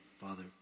Father